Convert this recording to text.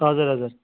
हजुर हजुर